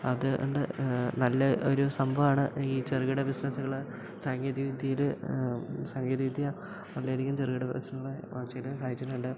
അതു കൊണ്ട് നല്ല ഒരു സംഭവമാണ് ഈ ചെറുകിട ബിസിനസ്സുകൾ സാങ്കേതിക വിദ്യയിൽ സാങ്കേതിക വിദ്യ കൊണ്ടായിരിക്കും ചെറുകിട പ്രശ്നങ്ങളെ വളർച്ചയിൽ സഹായിച്ചിട്ടുണ്ട്